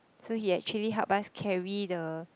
so he actually help us carry the